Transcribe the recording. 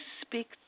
speak